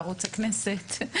בערוץ הכנסת,